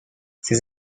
ses